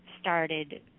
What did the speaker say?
started